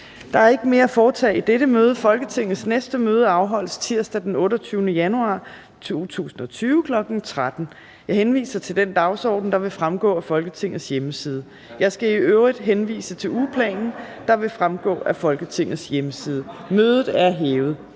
Der er ikke mere at foretage i dette møde. Folketingets næste møde afholdes tirsdag den 28. januar 2020, kl. 13.00. Jeg henviser til den dagsorden, der vil fremgå af Folketingets hjemmeside. Jeg skal i øvrigt henvise til ugeplanen, der også vil fremgå af Folketingets hjemmeside. Mødet er hævet.